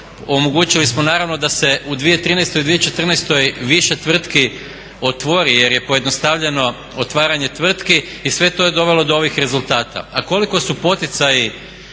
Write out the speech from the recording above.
Omogućili smo naravno da se u 2013. i 2014. više tvrtki otvori jer je pojednostavljeno otvaranje tvrtki i sve to je dovelo do ovih rezultata. A koliko su poticaji